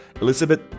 Elizabeth